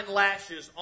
lashes